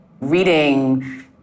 reading